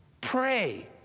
Pray